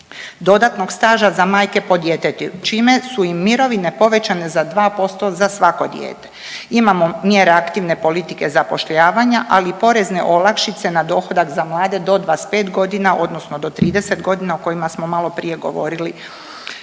dodatnog staža za majke po djetetu čime su im mirovine povećane za 2% za svako dijete. Imamo mjere aktivne politike zapošljavanja, ali i porezne olakšice na dohodak za mlade do 25.g. odnosno do 30.g. o kojima smo maloprije govorili,